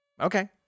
okay